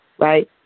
right